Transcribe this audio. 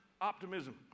optimism